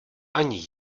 ani